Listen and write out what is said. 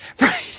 right